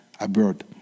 abroad